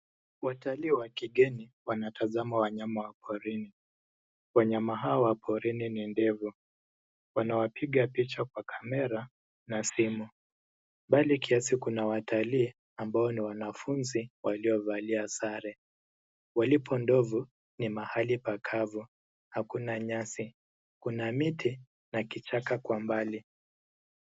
Watalii wa kigeni wanatazama wanyama wa porini. Wanyama hawa wa porini ni ndovu. Wanawapiga picha kwa kamera na simu. Mbali kiasi kuna watalii ambao ni wanafunzi waliovalia sare. Walipo ndovu ni mahali pakavu, hakuna nyasi. Kuna miti na kichaka kwa mbali.